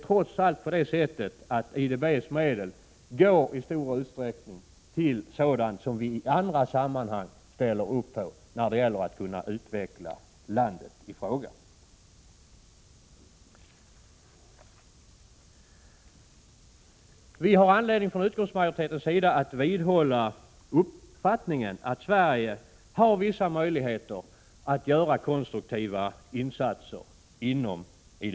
IDB:s medel går trots allt i stor utsträckning till sådant som vii andra sammanhang ställer upp på när det gäller att bidra till utvecklingen i olika länder. Utskottet har anledning att vidhålla uppfattningen att Sverige har vissa möjligheter att göra konstruktiva insatser inom IDB.